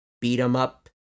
beat-em-up